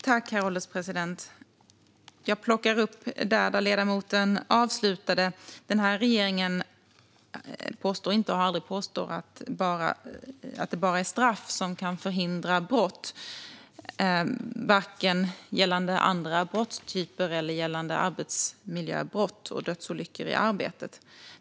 Herr ålderspresident! Jag plockar upp det ledamoten avslutade med. Den här regeringen påstår inte och har aldrig påstått att det bara är straff som kan förhindra brott, varken gällande andra brottstyper eller gällande arbetsmiljöbrott och dödsolyckor i arbetet.